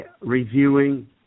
reviewing